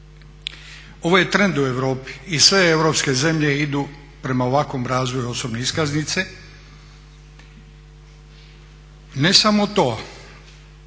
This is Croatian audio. Ovo je trend u Europi, i sve europske zemlje idu prema ovakvom razvoju osobne iskaznice. Ne samo to,